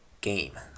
game